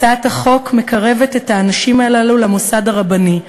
הצעת החוק מקרבת את האנשים הללו למוסד הרבני,